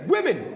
Women